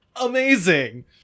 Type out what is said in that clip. amazing